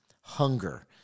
hunger